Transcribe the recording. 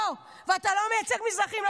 לא, ואתה לא מייצג מזרחים.